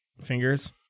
fingers